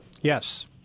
Yes